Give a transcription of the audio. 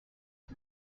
die